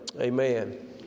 Amen